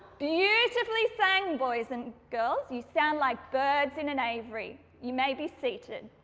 beautifully sang boys and girls, you sound like birds in an aviary, you may be seated.